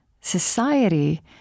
society